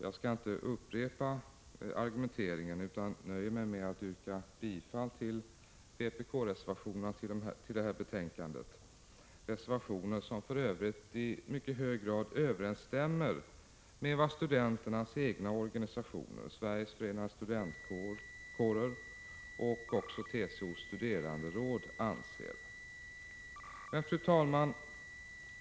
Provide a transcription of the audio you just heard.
Jag skall inte upprepa argumenteringen utan nöjer mig med att yrka bifall till vpk-reservationerna till det här betänkandet — reservationer som för övrigt i mycket hög grad överensstämmer med vad studenternas egna organisationer, Sveriges förenade studentkårer och TCO:s studeranderåd, anser. Men fru talman!